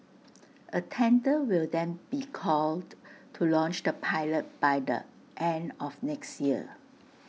A tender will then be called to launch the pilot by the end of next year